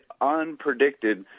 unpredicted